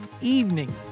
evening